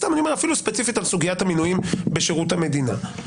אפילו ספציפית על סוגיית המינויים בשירות המדינה,